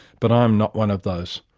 but i am not one of those.